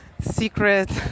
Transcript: secret